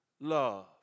love